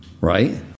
Right